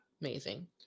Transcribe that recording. Amazing